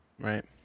Right